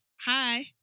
hi